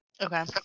Okay